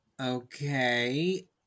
okay